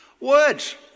Words